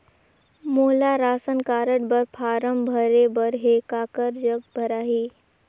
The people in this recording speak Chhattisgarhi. मोला राशन कारड बर फारम भरे बर हे काकर जग भराही?